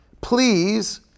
please